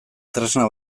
tresna